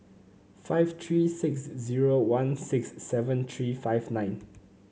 five three six zero one six seven three five nine